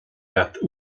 leat